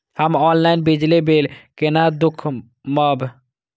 हम ऑनलाईन बिजली बील केना दूखमब?